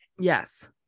Yes